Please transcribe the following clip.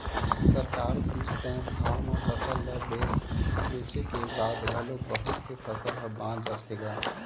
सरकार तीर तय भाव म फसल ल बेचे के बाद घलोक बहुत से फसल ह बाच जाथे गा